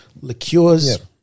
Liqueurs